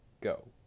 go